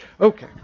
Okay